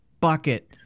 bucket